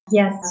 Yes